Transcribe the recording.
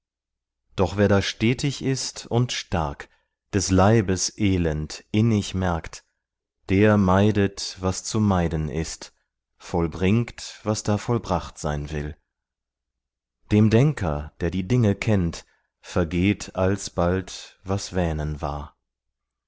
doch wer da stetig ist und stark des leibes elend innig merkt der meidet was zu meiden ist vollbringt was da vollbracht sein will dem denker der die dinge kennt vergeht alsbald was wähnen war